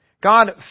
God